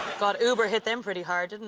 god, uber hit them pretty hard, didn't